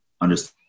understand